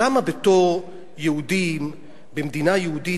למה בתור יהודים במדינה יהודית,